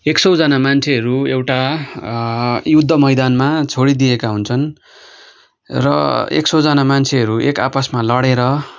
एक सयजना मान्छेहरू एउटा युद्ध मैदानमा छोडिदिएका हुन्छन् र एक सौ जाना मान्छेहरू एक आपसमा लडेर